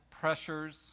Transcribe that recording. pressures